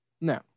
No